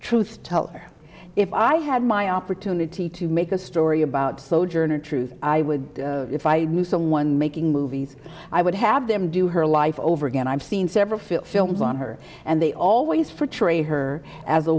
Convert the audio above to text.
truth teller if i had my opportunity to make a story about sojourner truth i would if i knew someone making movies i would have them do her life over again i've seen several field films on her and they always for train her as a